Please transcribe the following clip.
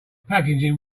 packaging